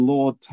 Lord